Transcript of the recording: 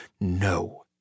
no